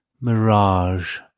Mirage